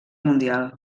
mundial